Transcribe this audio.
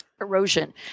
erosion